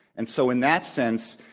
and so, in that sense,